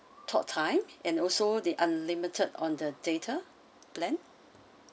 talk time and also the unlimited on the data plan